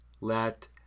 let